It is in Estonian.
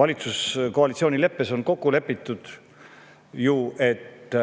valitsuse koalitsioonileppes on kokku lepitud, et